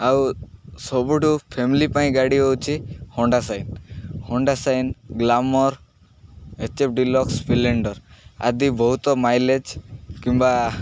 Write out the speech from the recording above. ଆଉ ସବୁଠୁ ଫ୍ୟାମିଲି ପାଇଁ ଗାଡ଼ି ହଉଛିି Honda Shine Honda Shine Glamour H F Deluxe Splendor ଆଦି ବହୁତ ମାଇଲେଜ୍ କିମ୍ବା